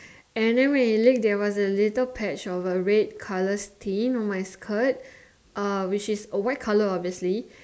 and then when it leak there was a little patch of uh red colour stain on my skirt uh which is white colour obviously